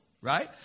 Right